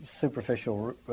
superficial